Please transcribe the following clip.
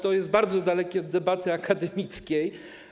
To jest bardzo dalekie od debaty akademickiej.